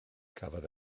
cafodd